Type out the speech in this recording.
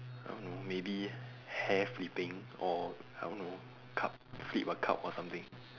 I don't know maybe hair flipping or I don't know cup flip a cup or something